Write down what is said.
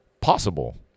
possible